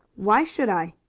why should i?